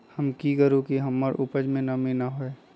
हम की करू की हमर उपज में नमी न होए?